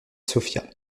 sofia